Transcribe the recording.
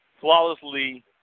Flawlessly